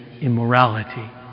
immorality